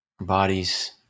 Bodies